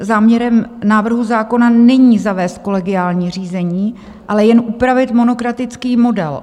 Záměrem návrhu zákona není zavést kolegiální řízení, ale jen upravit monokratický model.